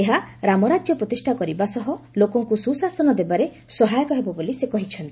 ଏହା ରାମରାଜ୍ୟ ପ୍ରତିଷ୍ଠା କରିବା ସହ ଲୋକଙ୍କୁ ସୁଶାସନ ଦେବାରେ ସହାୟକ ହେବ ବୋଲି ସେ କହିଛନ୍ତି